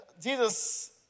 Jesus